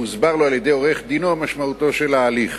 על-ידי עורך-דינו, משמעותו של ההליך.